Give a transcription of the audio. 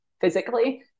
physically